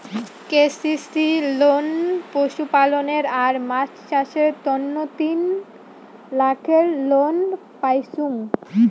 KCC loan পশুপালনে আর মাছ চাষের তন্ন তিন লাখের লোন পাইচুঙ